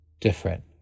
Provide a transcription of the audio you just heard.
different